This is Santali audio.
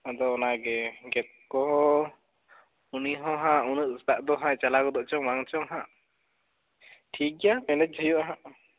ᱟᱫᱚ ᱚᱱᱟ ᱜᱮ ᱜᱮᱫ ᱠᱚᱦᱚᱸ ᱩᱱᱤ ᱦᱚᱸᱦᱟᱜ ᱩᱱᱟᱹᱜ ᱥᱮᱛᱟᱜ ᱫᱚ ᱦᱟᱜ ᱪᱟᱞᱟᱣ ᱜᱚᱫᱚ ᱪᱚᱝ ᱵᱟᱝ ᱪᱚᱝ ᱦᱟᱜ ᱴᱷᱤᱠ ᱜᱮᱭᱟ ᱢᱮᱱᱮᱡᱽ ᱦᱩᱭᱩᱜᱼᱟ ᱦᱟᱜ